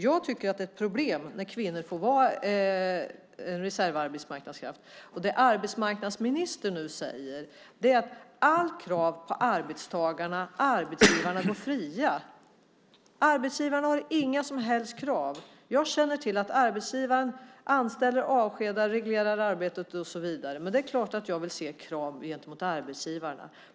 Jag tycker att det är ett problem när kvinnor får vara en reservarbetskraft. Det arbetsmarknadsministern nu säger är: Allt krav på arbetstagarna, arbetsgivarna går fria. Arbetsgivarna har inga som helst krav på sig. Jag känner till att arbetsgivaren anställer, avskedar, reglerar arbetet och så vidare. Det är klart att jag vill se krav gentemot arbetsgivarna.